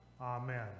Amen